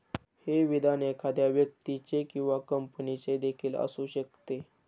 हे विधान एखाद्या व्यक्तीचे किंवा कंपनीचे देखील असू शकते